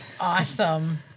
Awesome